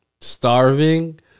starving